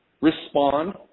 respond